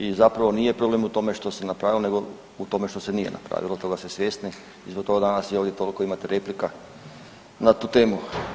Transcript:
I zapravo nije problem u tome što se napravilo nego u tome što se nije napravilo, toga ste svjesni i zbog toga danas i ovdje toliko imate replika na tu temu.